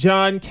John